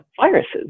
viruses